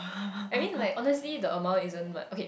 I mean like honestly the amount isn't like okay